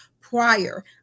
prior